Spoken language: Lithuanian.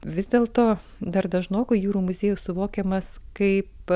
vis dėlto dar dažnokai jūrų muziejus suvokiamas kaip